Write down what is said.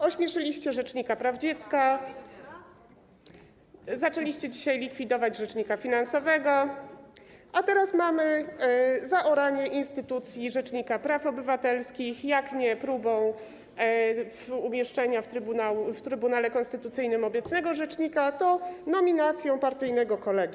Ośmieszyliście urząd rzecznika praw dziecka, zaczęliście dzisiaj likwidować urząd rzecznika finansowego, a teraz mamy zaoranie instytucji rzecznika praw obywatelskich, jak nie próbą umieszczenia przed Trybunałem Konstytucyjnym obecnego rzecznika, to nominacją partyjnego kolegi.